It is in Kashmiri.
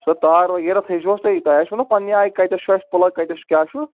سۄ تار وغیرہ تھٲوِزِہوٚس تُہۍ تۄہہِ آسِوٕ نا پَننہِ آیہِ کَتنَس چھُ اسہِ پُلگ کتنس کیٛاہ چھُ